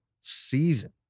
season